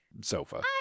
sofa